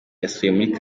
yasubiye